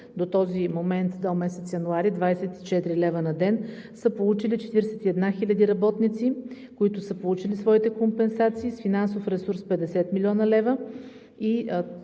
до този момент, до месец януари – 24 лв. на ден, са получили 41 хиляди работници, които са получи своите компенсации с финансов ресурс 50 млн. лв.